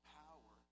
power